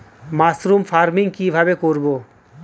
Mushroom farming কি ভাবে করব?